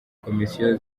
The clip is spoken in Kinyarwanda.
komisiyo